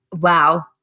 wow